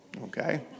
okay